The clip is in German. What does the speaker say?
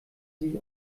sich